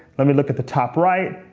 let me look at the top right.